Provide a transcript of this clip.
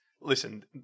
listen